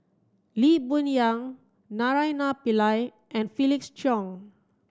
Lee Boon Yang Naraina Pillai and Felix Cheong